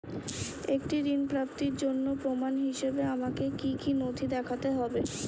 একটি ঋণ প্রাপ্তির জন্য প্রমাণ হিসাবে আমাকে কী কী নথি দেখাতে হবে?